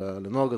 על הנוהג הזה.